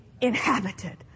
inhabited